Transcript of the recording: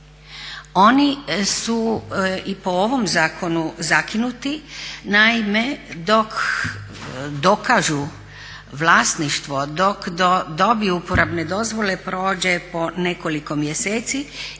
Oni su i po ovom zakonu zakinuti. Naime, dok dokažu vlasništvu, dok dobiju uporabne dozvole prođe po nekoliko mjeseci